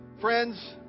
Friends